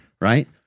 right